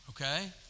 okay